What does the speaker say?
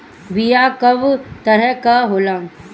बीया कव तरह क होला?